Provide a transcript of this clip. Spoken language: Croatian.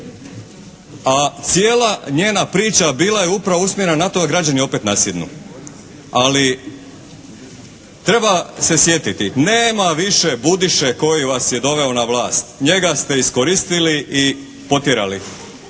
A cijela njena priča bila je upravo usmjerena na to da građani opet nasjednu. Ali treba se sjetiti, nema više Budiše koji vas je doveo na vlast. Njega ste iskoristili i potjerali,